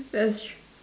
that's shoo